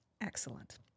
Excellent